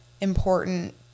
important